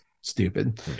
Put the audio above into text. Stupid